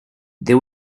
they